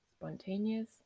spontaneous